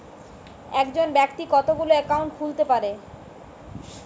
একজন ব্যাক্তি কতগুলো অ্যাকাউন্ট খুলতে পারে?